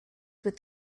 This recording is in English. with